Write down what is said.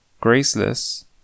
graceless